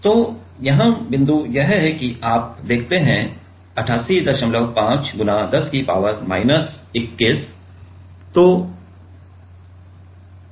तो यहाँ बिंदु यह है कि आप देखते हैं 885 X 10 की पावर माइनस 21